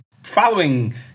following